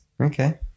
Okay